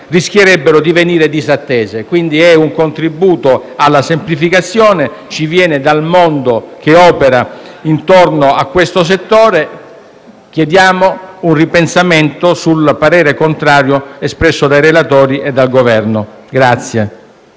rischierebbero di venire disattese. Si tratta pertanto di un contributo alla semplificazione; ci viene dal mondo che opera intorno a questo settore. Chiediamo pertanto un ripensamento sul parere contrario espresso dai relatori e dal rappresentante